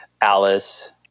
alice